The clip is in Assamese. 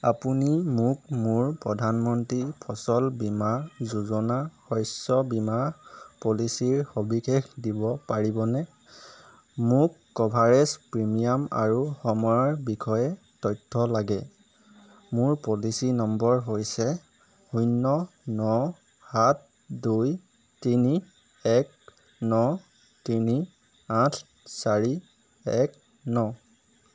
আপুনি মোক মোৰ প্ৰধানমন্ত্ৰী ফচল বীমা যোজনা শস্য বীমা পলিচীৰ সবিশেষ দিব পাৰিবনে মোক ক'ভাৰেজ প্ৰিমিয়াম আৰু সময়ৰ বিষয়ে তথ্য লাগে মোৰ পলিচী নম্বৰ হৈছে শূন্য ন সাত দুই তিনি এক ন তিনি আঠ চাৰি এক ন